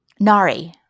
Nari